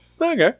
Okay